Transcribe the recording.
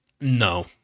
No